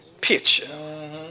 picture